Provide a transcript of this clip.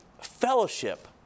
fellowship